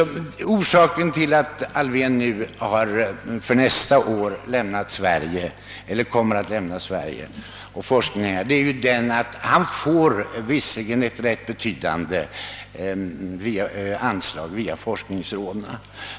Orsaken till att Hannes Alfvén nästa budgetår lämnar Sverige och sin forskning här hemma är följande. Han får visserligen ett betydande anslag via forskningsråden.